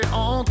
on